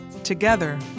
Together